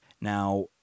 Now